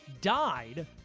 died